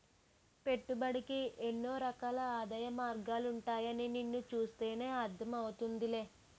పెట్టుబడికి ఎన్నో రకాల ఆదాయ మార్గాలుంటాయని నిన్ను చూస్తేనే అర్థం అవుతోందిలే